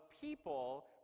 people